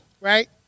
Right